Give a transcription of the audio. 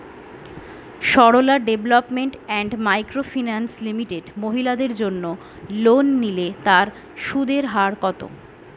Sarala development and micro finance limited মহিলাদের জন্য loan নিলে তার সুদের হার কত?